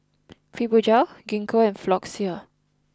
Fibogel Gingko and Floxia